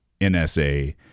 NSA